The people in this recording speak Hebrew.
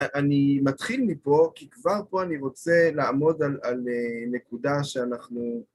אני מתחיל מפה, כי כבר פה אני רוצה לעמוד על נקודה שאנחנו...